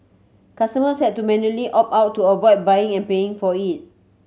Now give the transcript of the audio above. customers had to manually opt out to avoid buying and paying for it